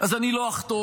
אז אני לא אחתום,